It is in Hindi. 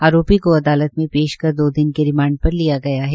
आरोपी को अदालत में पेश कर दो दिना के रिमांड पर लिया गया है